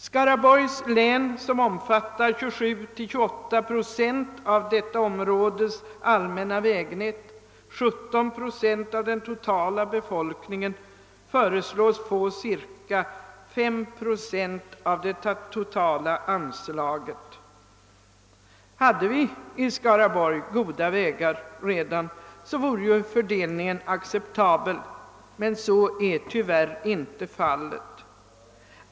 Skaraborgs län, som omfattar 27—28 procent av detta områdes allmänna vägnät och 17 procent av den totala befolkningen, föreslås få cirka 5 procent av det totala anslaget. Hade vi i Skaraborgs län redan goda vägar vore fördelningen acceptabel, men så är tyvärr inte fallet.